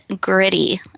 gritty